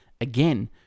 Again